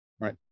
Right